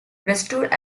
restored